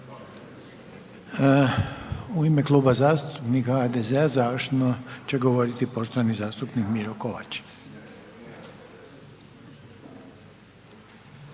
U ime Kluba zastupnika HDZ-a, završno će govoriti poštovani zastupnik Miro Kovač.